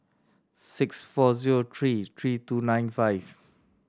six four zero three three two nine five